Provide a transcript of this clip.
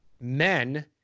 Men